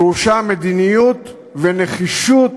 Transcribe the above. דרושות מדיניות ונחישות